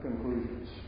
conclusions